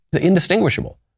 indistinguishable